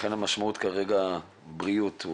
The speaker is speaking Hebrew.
ואכן המשמעות כרגע בריאות.